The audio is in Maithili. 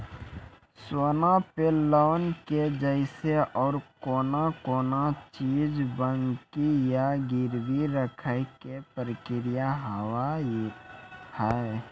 सोना पे लोन के जैसे और कौन कौन चीज बंकी या गिरवी रखे के प्रक्रिया हाव हाय?